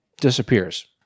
disappears